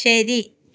ശരി